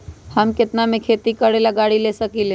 हम केतना में खेती करेला गाड़ी ले सकींले?